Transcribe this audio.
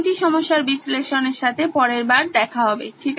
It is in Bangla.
এই তিনটি সমস্যার বিশ্লেষণের সাথে পরের বার দেখা হবে